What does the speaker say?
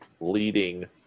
leading